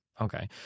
okay